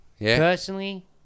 personally